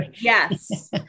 Yes